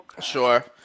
Sure